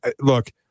look